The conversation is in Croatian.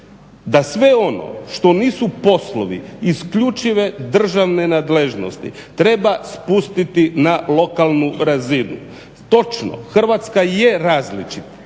da sve ono što nisu poslovi isključive državne nadležnosti treba spustiti na lokalnu razinu. Točno, Hrvatska je različita,